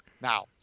Now